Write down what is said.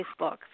Facebook